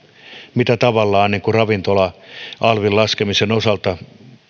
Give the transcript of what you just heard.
mitä tavallaan ravintola alvin laskemisen osalta